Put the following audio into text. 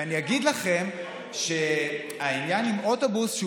ואני אגיד לכם שהעניין עם אוטובוס הוא